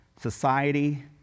society